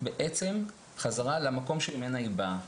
מעצם החזרה למקום שממנו היא באה.